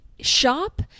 shop